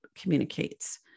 communicates